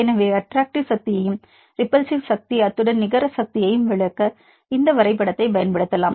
எனவே அட்டராக்ட்டிவ் சக்தியையும் ரிபல்ஸிவ் சக்தி அத்துடன் நிகர சக்தியையும் விளக்க இந்த வரைபடத்தைப் பயன்படுத்தலாம்